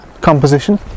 composition